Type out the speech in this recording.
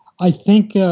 i think